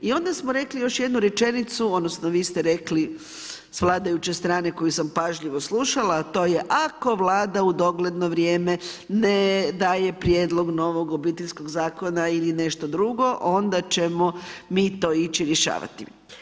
I onda smo rekli još jednu rečenicu, odnosno vi ste rekli s vladajuće strane koju sam pažljivo slušala, a to je: ako Vlada u dogledno vrijeme ne daje prijedlog novog Obiteljskog zakona ili nešto drugo onda ćemo mi to ići rješavati.